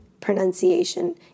pronunciation